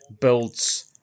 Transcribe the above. builds